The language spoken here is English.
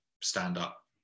stand-up